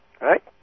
Right